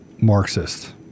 Marxist